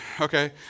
okay